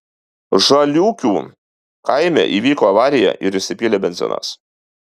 žaliūkių kaime įvyko avarija ir išsipylė benzinas